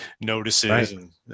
notices